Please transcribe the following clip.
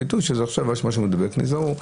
ידעו שעכשיו יש משהו מידבק ונזהרו.